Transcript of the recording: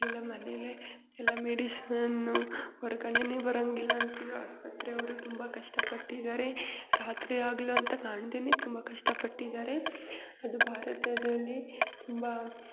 ಎಲ್ಲ ಮನೆಲ್ಲೇ ಎಲ್ಲ ಮೆಡಿಶನ್ನು ಹೊರ್ಗಡೆಯೇ ಬರಂಗಿಲ್ಲ ಅಂತಿದ್ದರೂ ಆಸ್ಪತ್ರೆ ಅವರು ತುಂಬ ಕಷ್ಟಪಟ್ಟಿದ್ದಾರೆ ರಾತ್ರಿ ಹಗಲು ಅಂತ ಕಾಣ್ದೆಯೇ ತುಂಬ ಕಷ್ಟಪಟ್ಟಿದ್ದಾರೆ ಅದು ಭಾರತದಲ್ಲಿ ತುಂಬ